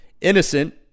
Innocent